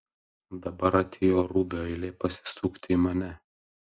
dabar atėjo rubio eilė pasisukti į mane